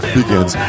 begins